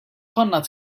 konna